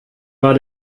war